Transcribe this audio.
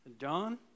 John